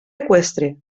eqüestre